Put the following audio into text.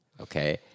Okay